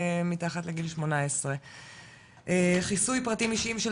מתחת לגיל 18. חיסוי פרטים אישיים של